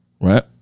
right